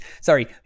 Sorry